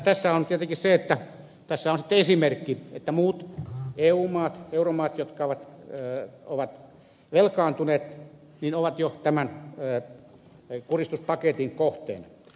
tässä on tietenkin sitten esimerkki että muut eu maat euromaat jotka ovat velkaantuneet ovat jo tämän kuristuspaketin kohteena